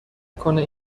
کنه